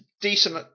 decent